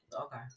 Okay